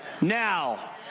Now